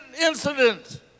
incident